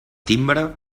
timbre